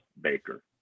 Baker